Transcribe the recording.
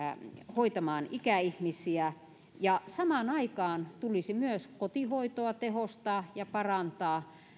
hoitamaan ikäihmisiä ja samaan aikaan tulisi myös kotihoitoa tehostaa ja parantaa